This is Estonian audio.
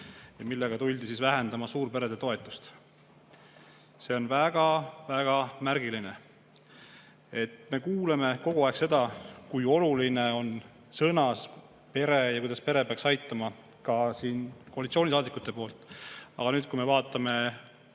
ja millega tuldi vähendama suurperede toetust. See on väga-väga märgiline. Me kuuleme sõnades kogu aeg seda, kui oluline on pere ja kuidas peret peaks aitama, ka siin koalitsioonisaadikutelt. Aga kui me vaatame